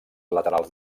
laterals